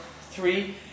three